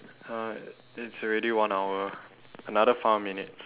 !huh! it's already one hour another five more minutes